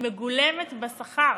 מגולמת בשכר,